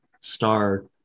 star